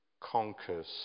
conquers